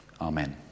Amen